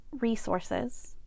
resources